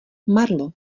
marlo